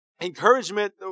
encouragement